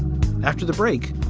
after the break?